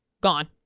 Gone